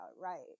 right